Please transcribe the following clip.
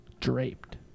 Draped